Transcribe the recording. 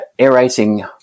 aerating